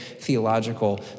theological